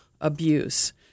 abuse